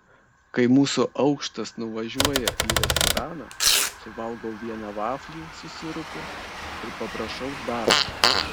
kai mūsų aukštas nuvažiuoja į restoraną suvalgau vieną vaflį su sirupu ir paprašau dar